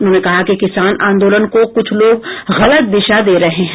उन्होंने कहा कि किसान आंदोलन को कुछ लोग गलत दिशा दे रहे हैं